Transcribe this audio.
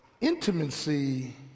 Intimacy